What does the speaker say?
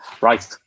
Right